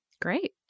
Great